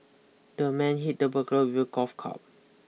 the man hit the burglar with a golf club